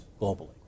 globally